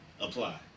apply